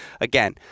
again